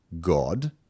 God